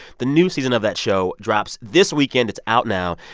the new season of that show drops this weekend. it's out now.